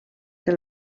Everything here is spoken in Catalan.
del